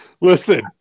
Listen